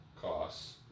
costs